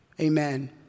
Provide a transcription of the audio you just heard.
amen